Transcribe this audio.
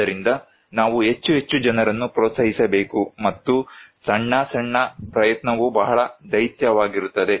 ಆದ್ದರಿಂದ ನಾವು ಹೆಚ್ಚು ಹೆಚ್ಚು ಜನರನ್ನು ಪ್ರೋತ್ಸಾಹಿಸಬೇಕು ಮತ್ತು ಸಣ್ಣ ಸಣ್ಣ ಪ್ರಯತ್ನವು ಬಹಳ ದೈತ್ಯವಾಗಿರುತ್ತದೆ